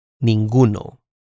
Ninguno